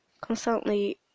Constantly